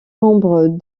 membres